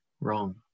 wrong